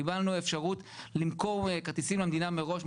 קיבלנו אפשרות למכור כרטיסים למדינה מראש,